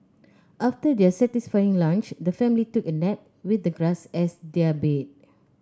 after their satisfying lunch the family took a nap with the grass as their bed